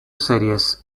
series